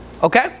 okay